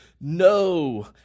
No